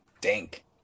dank